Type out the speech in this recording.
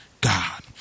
God